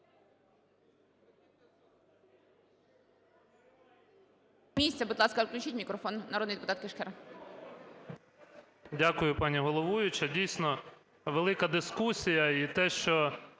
Дякую, пані головуюча. Дійсно, велика дискусія, і те, що